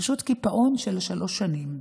פשוט קיפאון של שלוש שנים,